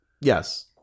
Yes